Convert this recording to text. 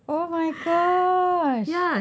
oh my gosh